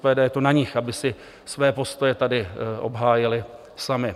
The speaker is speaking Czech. Je to na nich, aby si své postoje tady obhájili sami.